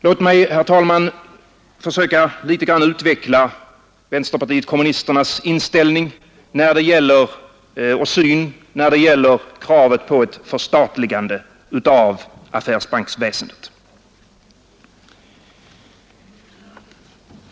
Låt mig, herr talman, försöka att litet grand utveckla vänsterpartiet kommunisternas inställning när det gäller kravet på ett förstatligande av affärsbanksväsendet.